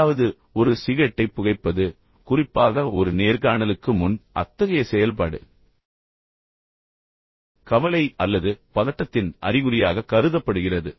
எட்டாவது ஒரு சிகரெட்டை புகைப்பது குறிப்பாக ஒரு நேர்காணலுக்கு முன் அத்தகைய செயல்பாடு கவலை அல்லது பதட்டத்தின் அறிகுறியாக கருதப்படுகிறது